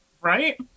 Right